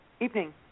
evening